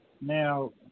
Now